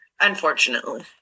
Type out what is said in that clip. Unfortunately